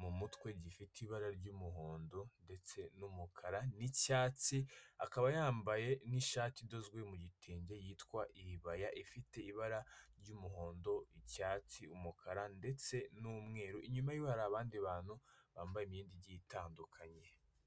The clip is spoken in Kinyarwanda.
mu mutwe gifite ibara ry'umuhondo ndetse n'umukara n'icyatsi, akaba yambaye n'ishati idozwe mu gitenge yitwa iribaya, ifite ibara ry'umuhondo, icyatsi, umukara ndetse n'umweru, inyuma ye hari abandi bantu bambaye imyenda igiye itandukanye.